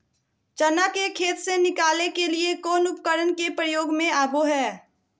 चना के खेत से निकाले के लिए कौन उपकरण के प्रयोग में आबो है?